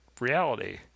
reality